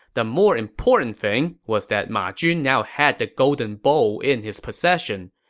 the more important thing was that ma jun now had the golden bowl in his possession.